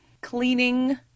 cleaning